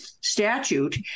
statute